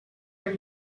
your